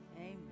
Amen